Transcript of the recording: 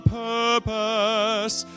purpose